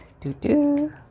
Do-do